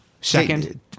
Second